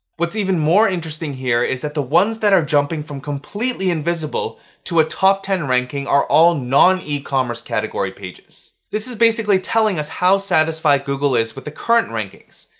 what's even more interesting here is that the ones that are jumping from completely invisible to a top ten ranking are all non-ecommerce category pages. this is basically telling us how satisfied google is with the current rankings.